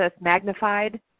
magnified